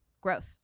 growth